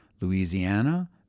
Louisiana